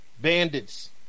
bandits